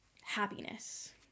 happiness